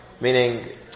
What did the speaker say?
Meaning